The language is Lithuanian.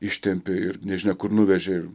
ištempė ir nežinia kur nuvežė ir